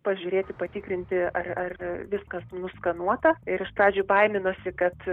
pažiūrėti patikrinti ar ar viskas nuskanuota ir iš pradžių baiminosi kad